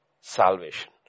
salvation